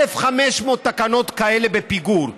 1,500 תקנות כאלה בפיגור.